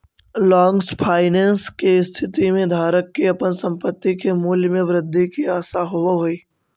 long finance के स्थिति में धारक के अपन संपत्ति के मूल्य में वृद्धि के आशा होवऽ हई